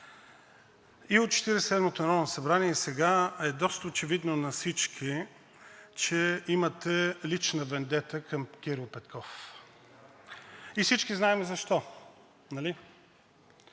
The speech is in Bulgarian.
и седмото народно събрание, и сега е доста очевидно на всички, че имате лична вендета към Кирил Петков, и всички знаем защо,